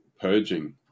purging